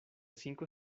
cinco